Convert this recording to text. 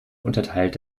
unterteilt